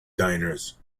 diners